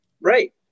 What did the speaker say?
Right